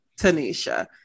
Tanisha